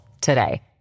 today